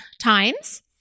times